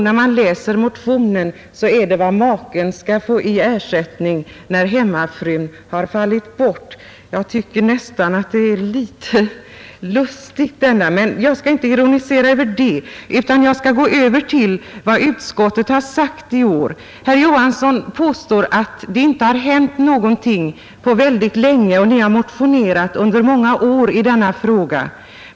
När man läser motionen finner man emellertid att den gäller vad maken skall få i ersättning när hemmafrun har fallit ifrån. Jag tycker att det är litet lustigt, men jag skall inte ironisera över det utan gå över till vad utskottet har sagt i år. Herr Johansson påstår att det inte har hänt någonting på väldigt länge och säger att man motionerat i många år i denna fråga.